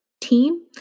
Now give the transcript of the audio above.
team